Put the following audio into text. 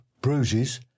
bruises